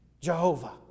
Jehovah